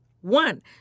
one